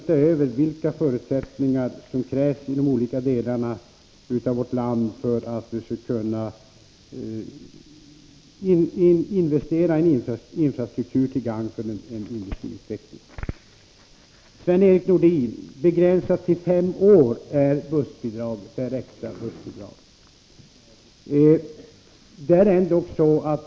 Vi får se över vilka förutsättningar som krävs för de olika delarna av vårt land för att investera i en infrastruktur, till gagn för en industriutveckling. Det extra bussbidraget är begränsat till fem år, Sven-Erik Nordin.